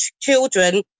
children